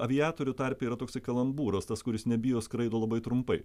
aviatorių tarpe yra toksai kalambūras tas kuris nebijo skraido labai trumpai